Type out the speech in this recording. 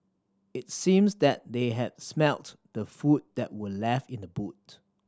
it seemed that they had smelt the food that were left in the boot